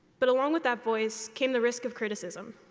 but along with that voice came the risk of criticism.